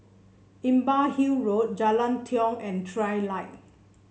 Imbiah Hill Road Jalan Tiong and Trilight